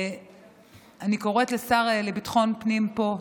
אני קוראת לשר לביטחון הפנים פה,